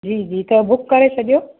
जी जी त बुक करे छॾियो